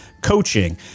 coaching